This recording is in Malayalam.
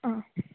ആ